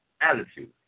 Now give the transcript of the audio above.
attitude